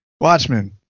Watchmen